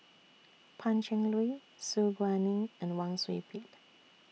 Pan Cheng Lui Su Guaning and Wang Sui Pick